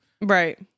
Right